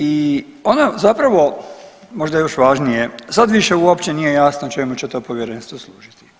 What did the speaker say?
I ono zapravo možda još važnije, sad više uopće nije jasno čemu će to povjerenstvo služiti.